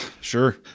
sure